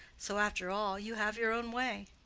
so after all you have your own way.